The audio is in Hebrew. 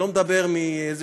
אני לא מדבר על השערות,